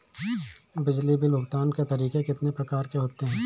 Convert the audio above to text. बिजली बिल भुगतान के तरीके कितनी प्रकार के होते हैं?